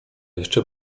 jeszcze